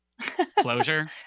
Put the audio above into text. Closure